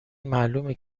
معلومه